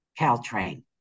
Caltrain